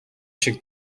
шиг